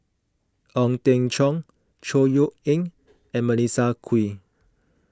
Ong Teng Cheong Chor Yeok Eng and Melissa Kwee